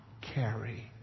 carry